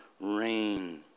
rain